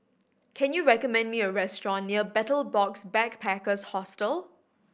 can you recommend me a restaurant near Betel Box Backpackers Hostel